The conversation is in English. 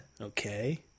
Okay